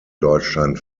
deutschland